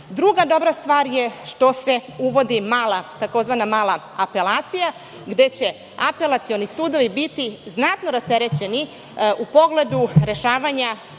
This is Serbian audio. Druga dobra stvar je što se uvodi tzv. mala apelacija, gde će apelacioni sudovi biti znatno rasterećeni u pogledu rešavanja